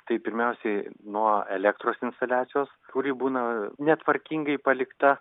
tai pirmiausiai nuo elektros instaliacijos kuri būna netvarkingai palikta